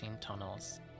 tunnels